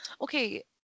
Okay